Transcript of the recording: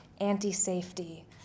anti-safety